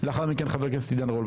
לאחר מכן חבר הכנסת עידן רול.